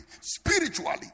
spiritually